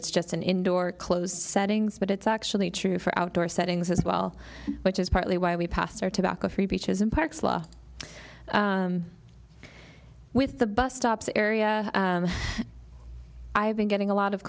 it's just an indoor clothes settings but it's actually true for outdoor settings as well which is partly why we passed our tobacco free beaches and parks law with the bus stops area i've been getting a lot of